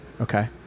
Okay